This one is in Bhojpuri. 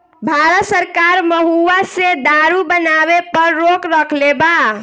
भारत सरकार महुवा से दारू बनावे पर रोक रखले बा